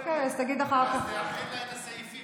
אוקיי, אז תגיד אחר כך, אז תאחד לה את הסעיפים.